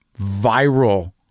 viral